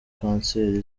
kanseri